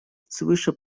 свыше